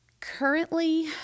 Currently